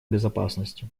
безопасности